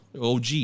OG